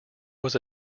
was